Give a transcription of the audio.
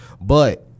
But-